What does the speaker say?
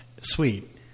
sweet